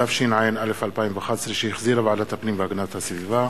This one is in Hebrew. התשע"א 2011, שהחזירה ועדת הפנים והגנת הסביבה,